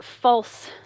false